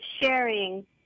sharing